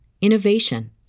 innovation